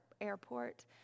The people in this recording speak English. airport